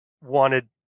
wanted